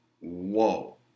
whoa